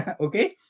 Okay